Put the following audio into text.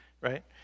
Right